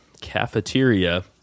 Cafeteria